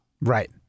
Right